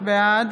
בעד